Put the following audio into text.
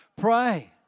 Pray